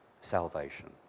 salvation